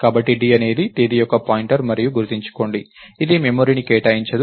కాబట్టి d అనేది తేదీ యొక్క పాయింటర్ మరియు గుర్తుంచుకోండి ఇది మెమరీని కేటాయించదు